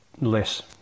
less